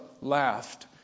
laughed